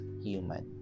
human